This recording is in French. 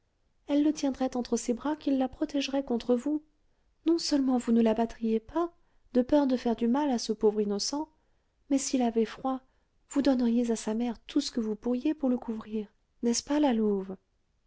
elle le tiendrait entre ses bras qu'il la protégerait contre vous non-seulement vous ne la battriez pas de peur de faire du mal à ce pauvre innocent mais s'il avait froid vous donneriez à sa mère tout ce que vous pourriez pour le couvrir n'est-ce pas la louve